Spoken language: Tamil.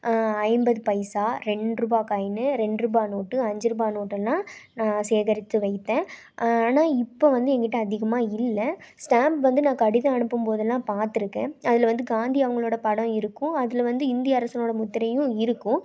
ஐம்பது பைசா ரெண்டுருபா காயின் ரெண்டுருபா நோட்டு அஞ்சு ரூபாய் நோட்டெல்லாம் நான் சேகரித்து வைத்தேன் ஆனால் இப்போ வந்து என்கிட்ட அதிகமாக இல்லை ஸ்டாம்ப் வந்து நான் கடிதம் அனுப்பும்போதெல்லாம் பார்த்துருக்கேன் அதில் வந்து காந்தி அவங்களோட படம் இருக்கும் அதில் வந்து இந்திய அரசினோட முத்திரையும் இருக்கும்